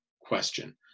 question